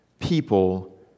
people